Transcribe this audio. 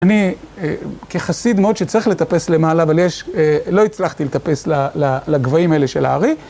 אני כחסיד מאוד שצריך לטפס למעלה, אבל לא הצלחתי לטפס לגבהים האלה של האר"י.